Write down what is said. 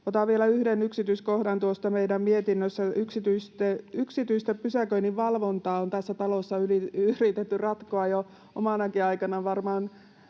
Otan vielä yhden yksityiskohdan tuosta meidän mietinnöstä: Yksityistä pysäköinninvalvontaa on tässä talossa yritetty ratkoa jo omanakin aikanani, varmaan